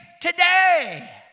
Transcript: today